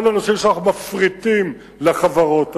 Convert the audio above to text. הנושאים שאנחנו מפריטים לחברות האלה,